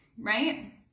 right